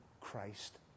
Christ